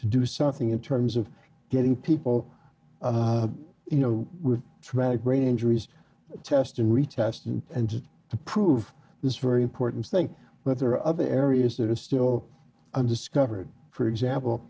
do something in terms of getting people you know with track brain injuries testing retest and prove this very important thing but there are other areas that are still undiscovered for example